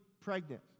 pregnant